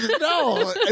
no